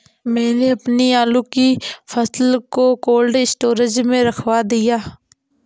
मैंने अपनी आलू की फसल को कोल्ड स्टोरेज में रखवा दिया